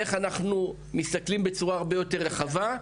איך אנחנו מסתכלים בצורה הרבה יותר רחבה,